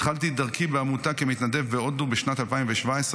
התחלתי דרכי בעמותה כמתנדב בהודו בשנת 2017,